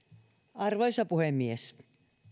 arvoisa puhemies